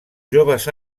joves